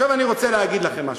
ועכשיו אני רוצה להגיד את הדבר הבא,